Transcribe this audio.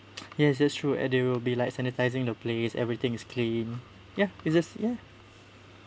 yes that's true and they will be like sanitizing the place everything is clean ya it's just ya